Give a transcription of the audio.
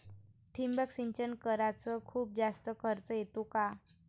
ठिबक सिंचन कराच खूप जास्त खर्च येतो का?